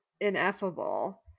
ineffable